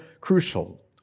crucial